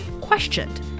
questioned